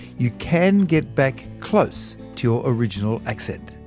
you can get back close to your original accent